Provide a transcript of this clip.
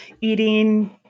eating